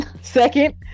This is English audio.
second